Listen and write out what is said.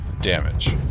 damage